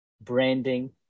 branding